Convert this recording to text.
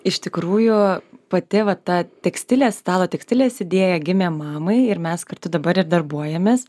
iš tikrųjų pati va ta tekstilė stalo tekstilės idėja gimė mamai ir mes kartu dabar ir darbuojamės